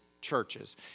churches